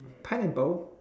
pineapple